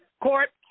court